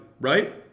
right